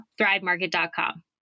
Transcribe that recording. ThriveMarket.com